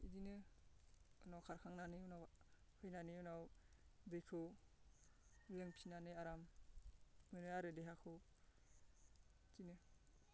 इदिनो उनाव खारखांनानै उनाव फैनानै उनाव दैखौ लोंफिननानै आराम मोनो आरो देहाखौ बिदिनो